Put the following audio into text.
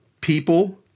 people